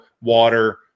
water